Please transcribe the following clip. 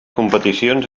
competicions